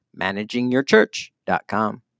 managingyourchurch.com